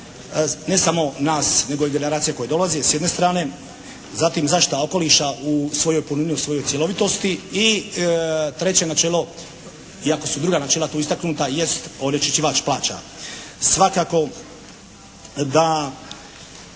ne samo nas nego i generacija koje dolaze s jedne strane, zatim zaštita okoliša u svojoj punini, u svojoj cjelovitosti i treće načelo iako su i druga načela tu istaknuta jest onečišćivač …/Govornik se